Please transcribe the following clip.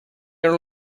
are